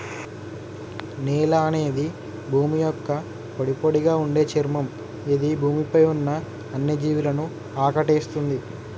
నేల అనేది భూమి యొక్క పొడిపొడిగా ఉండే చర్మం ఇది భూమి పై ఉన్న అన్ని జీవులను ఆకటేస్తుంది